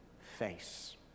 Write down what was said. face